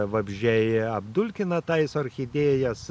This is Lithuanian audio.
vabzdžiai apdulkina tais orchidėjas